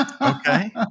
Okay